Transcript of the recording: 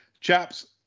Chaps